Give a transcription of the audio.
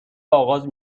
آغاز